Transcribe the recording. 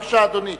בבקשה, אדוני.